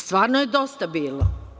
Stvarno je dosta bilo.